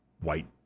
White